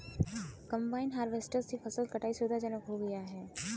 combine harvester से फसल कटाई सुविधाजनक हो गया है